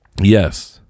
Yes